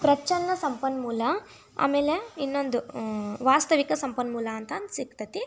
ಪ್ರಚ್ಛನ್ನ ಸಂಪನ್ಮೂಲ ಆಮೇಲೆ ಇನ್ನೊಂದು ವಾಸ್ತವಿಕ ಸಂಪನ್ಮೂಲ ಅಂತಂದು ಸಿಕ್ತೈತೆ